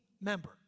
member